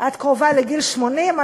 את קרובה לגיל 80,